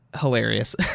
hilarious